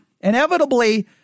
inevitably